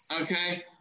Okay